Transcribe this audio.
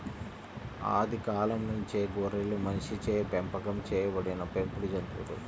ఆది కాలం నుంచే గొర్రెలు మనిషిచే పెంపకం చేయబడిన పెంపుడు జంతువులు